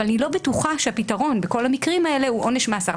אבל אני לא בטוחה שהפתרון בכל המקרים האלה הוא עונש מאסר,